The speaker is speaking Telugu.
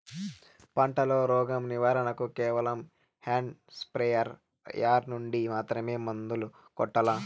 పంట లో, రోగం నివారణ కు కేవలం హ్యాండ్ స్ప్రేయార్ యార్ నుండి మాత్రమే మందులు కొట్టల్లా?